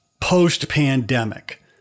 post-pandemic